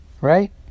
right